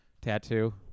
tattoo